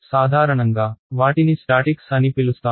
సాధారణంగా వాటిని స్టాటిక్స్ అని పిలుస్తాము